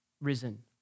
risen